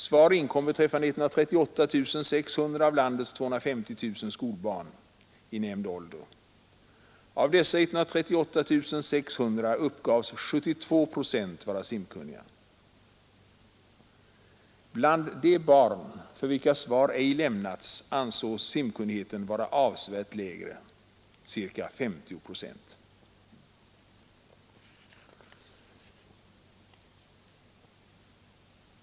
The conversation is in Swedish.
Svar inkom beträffande 138 600 av landets 250 000 skolbarn i nämnd ålder. Av dessa 138 600 uppgavs 72 procent vara simkunniga. Bland de barn om vilka svar ej lämnats ansågs simkunnigheten vara avsevärt lägre, ca 50 procent.